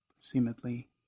Seemingly